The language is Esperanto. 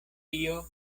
tio